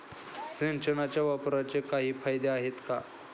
सिंचनाच्या वापराचे काही फायदे आहेत का?